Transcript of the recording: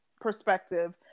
perspective